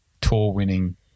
tour-winning